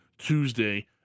Tuesday